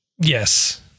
Yes